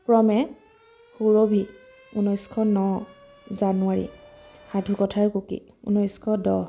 ক্ৰমে সুৰভি ঊনৈছশ ন জানুৱাৰী সাধুকথাৰ কুঁকি ঊনৈছশ দহ